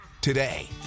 today